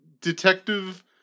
detective